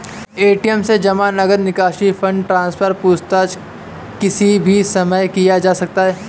ATM से जमा, नकद निकासी, फण्ड ट्रान्सफर, पूछताछ किसी भी समय किया जा सकता है